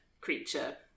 creature